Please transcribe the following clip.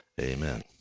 Amen